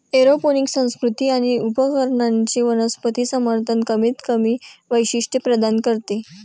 aeroponic संस्कृती आणि उपकरणांचे वनस्पती समर्थन कमीतकमी वैशिष्ट्ये प्रदान करते